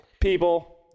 people